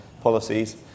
policies